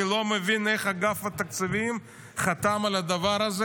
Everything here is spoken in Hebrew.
אני לא מבין איך אגף התקציבים חתם על הדבר הזה,